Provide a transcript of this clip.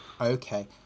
Okay